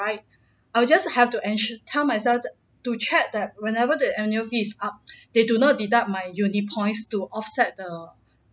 I I'll just have to ensure tell myself to check that whenever the annual fee is up they do not deduct my uni points to offset the